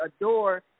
adore